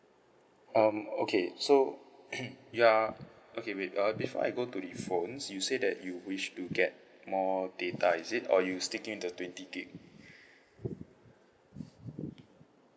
um okay so you are okay wait uh before I go to the phones you say that you wish to get more data is it or you sticking with the twenty gig